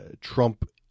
Trump